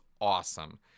awesome